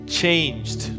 changed